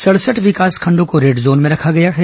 सड़सठ विकासखंडों को रेड जोन में रखा गया है